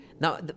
Now